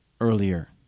earlier